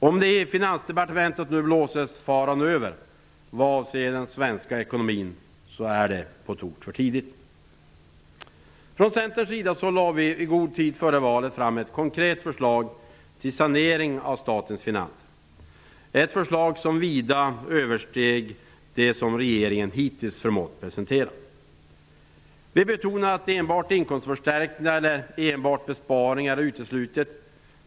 Om det i Finansdepartementet nu blåses "faran över" vad avser den svenska ekonomin, är det på tok för tidigt. Från Centerns sida lade vi i god tid före valet fram ett konkret förslag till sanering av statens finanser - ett förslag som vida översteg det som regeringen hittills förmått presentera. Vi betonade att enbart inkomstförstärkningar eller enbart besparingar är uteslutet.